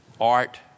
art